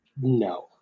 No